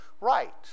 Right